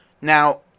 now